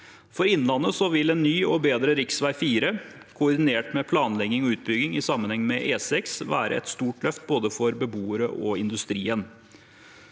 For Innlandet vil en ny og bedre rv. 4, koordinert med planlegging og utbygging i sammenheng med E6, være et stort løft både for beboere og for industrien.